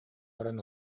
баран